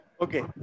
Okay